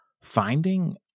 Finding